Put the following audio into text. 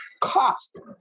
cost